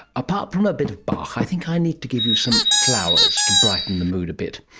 apart from a bit of bach, i think i need to give you some flowers to brighten the mood a bit,